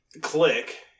click